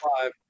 five